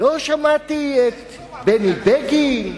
לא שמעתי את בני בגין,